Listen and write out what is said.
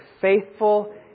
faithful